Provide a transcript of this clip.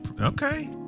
okay